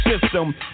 system